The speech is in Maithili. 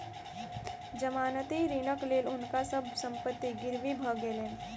जमानती ऋणक लेल हुनका सभ संपत्ति गिरवी भ गेलैन